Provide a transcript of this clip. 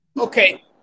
Okay